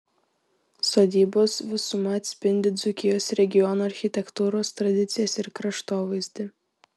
sodybos visuma atspindi dzūkijos regiono architektūros tradicijas ir kraštovaizdį